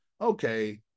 okay